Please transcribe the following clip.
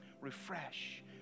Refresh